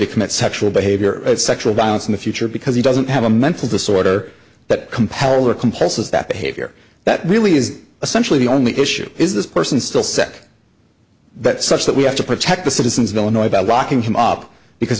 to commit sexual behavior sexual violence in the future because he doesn't have a mental disorder that compelled her compresses that behavior that really is essentially the only issue is this person still set that such that we have to protect the citizens of illinois about locking him up because